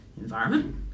environment